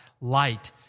light